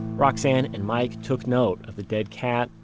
roxane and mike took note of the dead cat,